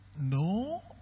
No